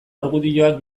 argudioak